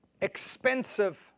expensive